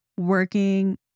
working